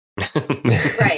Right